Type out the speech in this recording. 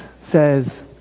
says